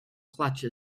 clutch